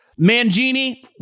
Mangini